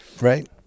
right